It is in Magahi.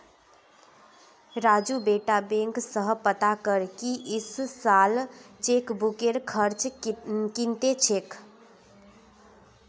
राजू बेटा बैंक स पता कर की इस साल चेकबुकेर खर्च कत्ते छेक